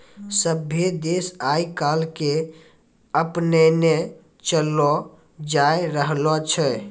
सभ्भे देश आइ काल्हि के अपनैने चललो जाय रहलो छै